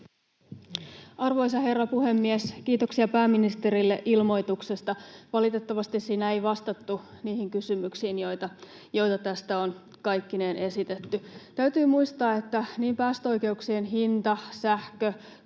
Arvoisa herra puhemies! Kiitoksia pääministerille ilmoituksesta. Valitettavasti siinä ei vastattu niihin kysymyksiin, joita tästä on kaikkineen esitetty. Täytyy muistaa, että niin päästöoikeuksien hinta, sähkön,